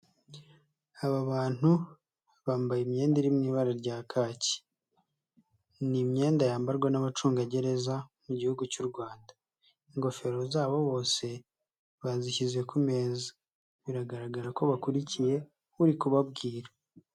Aba bantu bambaye imyenda iri mu ibara rya kaki. Ni imyenda yambarwa n'abacungagereza mu gihugu cy'u Rwanda. Ingofero zabo bose bazishyize ku meza. Biragaragara ko bakurikiye uri kubabwira.